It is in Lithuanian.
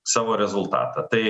savo rezultatą tai